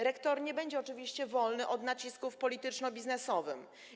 Rektor nie będzie oczywiście wolny od nacisków polityczno-biznesowych.